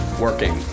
working